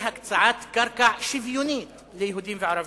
הקצאת קרקע שוויונית ליהודים ולערבים.